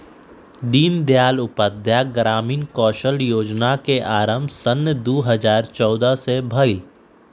दीनदयाल उपाध्याय ग्रामीण कौशल जोजना के आरम्भ सन दू हज़ार चउदअ से भेलइ